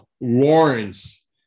Lawrence